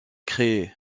créé